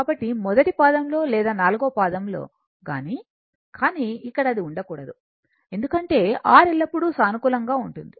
కాబట్టి మొదటి పాదం లో లేదా నాల్గవ పాదం లో గాని కానీ ఇక్కడ అది ఉండకూడదు ఎందుకంటే R ఎల్లప్పుడూ సానుకూలంగా ఉంటుంది